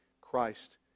Christ